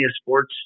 sports